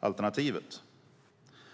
alternativet.